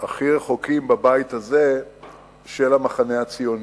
הכי רחוקים של המחנה הציוני,